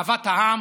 אהבת העם,